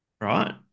right